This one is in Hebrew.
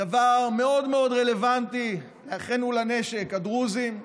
דבר מאוד מאוד רלוונטי לאחינו לנשק, הדרוזים,